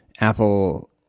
Apple